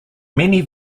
many